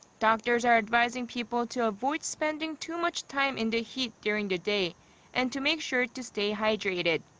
doctors are advising people to avoid spending too much time in the heat during the day and to make sure to stay hydrated.